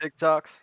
TikToks